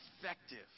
effective